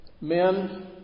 Men